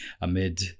amid